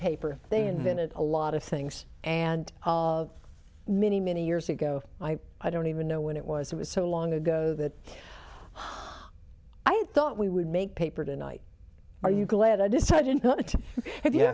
paper they invented a lot of things and many many years ago i don't even know when it was it was so long ago that i thought we would make paper tonight are you glad i decided not to